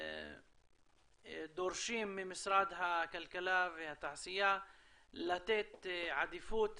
דורשים ממשרד הכלכלה והתעשייה לתת עדיפות